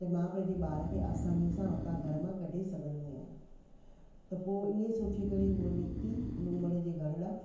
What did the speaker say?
त मां पंहिंजे ॿार खे असानीअ सां हुतां घर मां कढी सघंदी आहियां त पोइ हीअ सोचे करे उहो निकिती लूमड़ जे घर लाइ